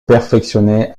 perfectionné